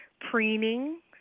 preening